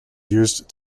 used